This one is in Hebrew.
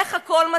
איך הכול מתחיל.